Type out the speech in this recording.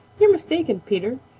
you're mistaken peter,